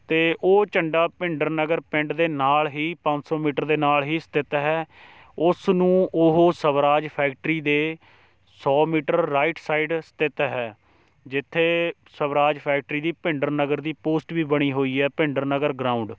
ਅਤੇ ਉਹ ਝੰਡਾ ਭਿੰਡਰ ਨਗਰ ਪਿੰਡ ਦੇ ਨਾਲ ਹੀ ਪੰਜ ਸੌ ਮੀਟਰ ਦੇ ਨਾਲ ਹੀ ਸਥਿਤ ਹੈ ਉਸ ਨੂੰ ਉਹ ਸਵਰਾਜ ਫੈਕਟਰੀ ਦੇ ਸੌ ਮੀਟਰ ਰਾਈਟ ਸਾਈਡ ਸਥਿਤ ਹੈ ਜਿੱਥੇ ਸਵਰਾਜ ਫੈਕਟਰੀ ਦੀ ਭਿੰਡਰ ਨਗਰ ਦੀ ਪੋਸਟ ਵੀ ਬਣੀ ਹੋਈ ਹੈ ਭਿੰਡਰ ਨਗਰ ਗਰਾਊਂਡ